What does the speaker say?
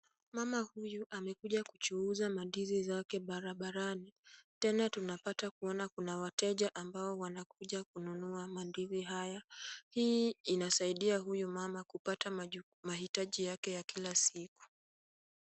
Mama huyu amekuja kuchuuza mandizi zake barabarani. Tena tunapata kuona kuna wateja ambao wanakuja kununua mandizi haya. Hii inasaidia huyu mama kupata mahitaji yake ya kila siku.